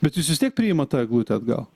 bet jūs vis tiek priimat tą eglutę atgal